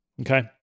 okay